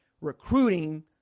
recruiting